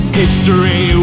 history